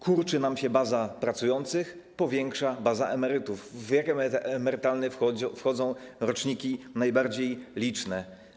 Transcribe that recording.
Kurczy nam się baza pracujących, powiększa się baza emerytów, w wiek emerytalny wchodzą roczniki najbardziej liczne.